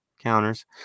counters